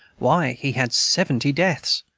why, he had seventy deaths!